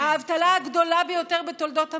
האבטלה הגדולה ביותר בתולדות המדינה,